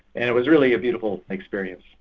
and it was really a beautiful experience.